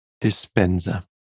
Dispenser